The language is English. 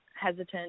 hesitant